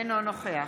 אינו נוכח